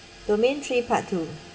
domain three part two